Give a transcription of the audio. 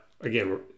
again